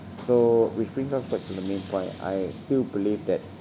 so which brings us back to the main point I still believe that